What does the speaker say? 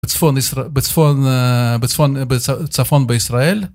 בצפון בישראל